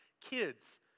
kids